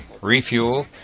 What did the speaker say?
refuel